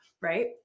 Right